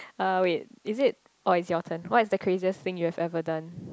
uh wait is it orh it's your turn what is the craziest thing you have ever done